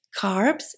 Carbs